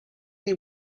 they